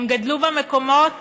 הם גדלו במקומות